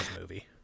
movie